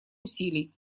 усилий